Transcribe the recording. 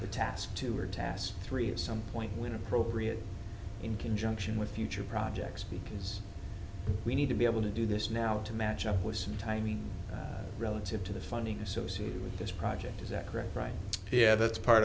the task two or task three at some point when appropriate in conjunction with future projects because we need to be able to do this now to match up with some timing relative to the funding associated with this project is that correct right yeah that's part